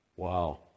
Wow